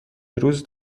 روز